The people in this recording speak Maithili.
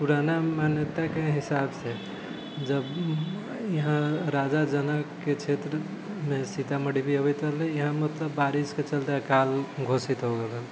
पुराना मान्यताके हिसाबसँ जब यहाँ राजा जनकके क्षेत्रमे सीतामढ़ी भी अबैत रहलै यहाँ मतलब बारिशके चलते अकाल घोषित हो गेल रहलै